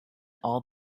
all